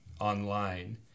online